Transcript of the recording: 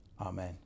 Amen